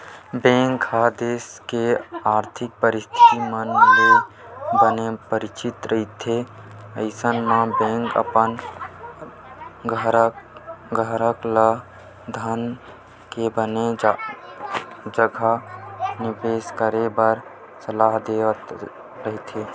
bank ह देस के आरथिक परिस्थिति मन ले बने परिचित रहिथे अइसन म बेंक अपन गराहक ल धन के बने जघा निबेस करे बर सलाह देवत रहिथे